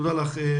תודה לך.